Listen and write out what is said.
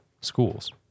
schools